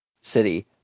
city